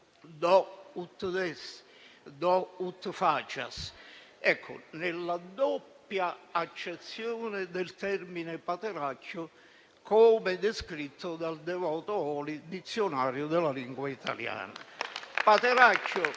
*do ut facias*), nella doppia accezione del termine, come descritto dal Devoto-Oli, dizionario della lingua italiana: